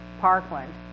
Parkland